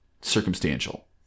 circumstantial